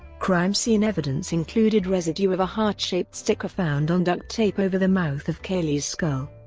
crime-scene evidence included residue of a heart-shaped sticker found on duct tape over the mouth of caylee's skull.